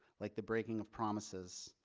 like the breaking of promises,